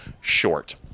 short